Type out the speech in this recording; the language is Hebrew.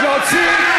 להוציא.